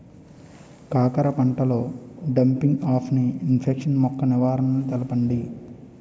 కాకర పంటలో డంపింగ్ఆఫ్ని ఇన్ఫెక్షన్ యెక్క నివారణలు తెలపండి?